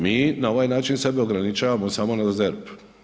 Mi na ovaj način sebe ograničavamo samo na ZERP.